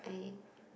a